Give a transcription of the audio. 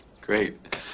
Great